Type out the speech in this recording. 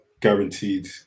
Guaranteed